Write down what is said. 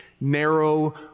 narrow